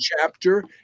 chapter